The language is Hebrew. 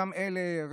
אותם אלה,